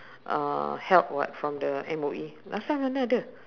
uh help [what] from the M_O_E last time mana ada